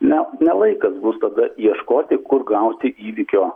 ne ne laikas bus tada ieškoti kur gauti įvykio